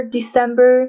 december